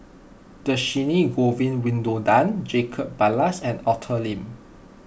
Dhershini Govin Winodan Jacob Ballas and Arthur Lim